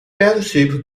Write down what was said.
battleship